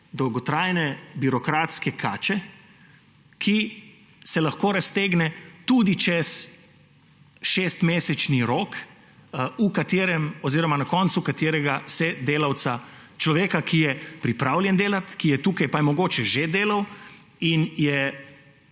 dolgotrajne birokratske kače, ki se lahko raztegne tudi čez šestmesečni rok, na koncu katerega se delavca, človeka, ki je pripravljen delati, ki je tukaj, pa je mogoče že delal in